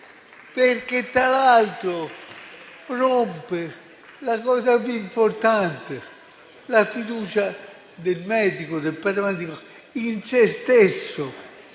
perché tra l'altro rompe la cosa più importante, la fiducia del medico o del paramedico in sé stesso.